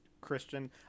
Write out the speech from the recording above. christian